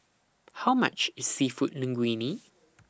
How much IS Seafood Linguine